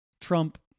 Trump